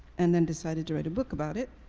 and then decided to write a book about it.